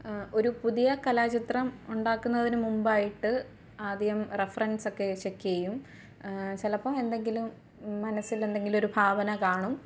ഒരു പുതിയ കലാചിത്രം ഉണ്ടാക്കുന്നതിന് മുമ്പായിട്ട് ആദ്യം റെഫറൻസ് ഒക്കെ ചെക്ക് ചെയ്യും ചിലപ്പോൾ എന്തെങ്കിലും മനസ്സിൽ എന്തെങ്കിലും ഒരു ഭാവന കാണും